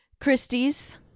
Christie's